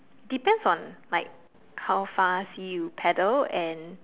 depends on like how fast you paddle and